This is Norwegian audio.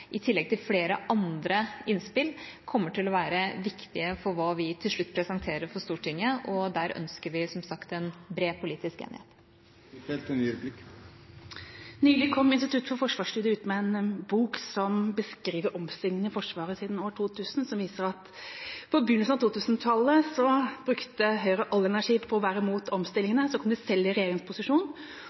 i tillegg til flere andre innspill kommer til å være viktig for hva vi til slutt presenterer for Stortinget, og der ønsker vi som sagt en bred politisk enighet. Nylig kom Institutt for forsvarsstudier ut med en bok som beskriver omstillingen i Forsvaret siden 2000, som viser at på begynnelsen av 2000-tallet brukte Høyre all energi på å være imot omstillingene. Så kom de selv i regjeringsposisjon